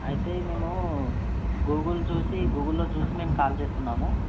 అయితే మేము గూగుల్ చూసి గూగుల్లో చూసి మేము కాల్ చేస్తున్నాము